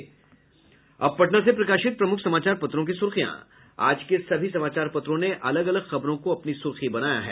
अब पटना से प्रकाशित प्रमुख समाचार पत्रों की सुर्खियां आज के सभी समाचार पत्रों ने अलग अलग खबरों को अपनी सुर्खी बनाया है